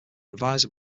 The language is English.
revised